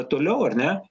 toliau ar ne